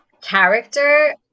character